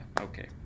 okay